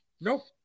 Nope